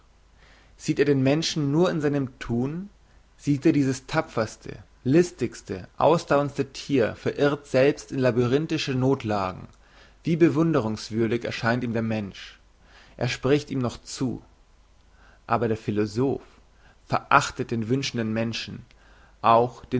sieht er den menschen nur in seinem thun sieht er dieses tapferste listigste ausdauerndste thier verirrt selbst in labyrinthische nothlagen wie bewunderungswürdig erscheint ihm der mensch er spricht ihm noch zu aber der philosoph verachtet den wünschenden menschen auch